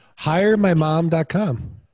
Hiremymom.com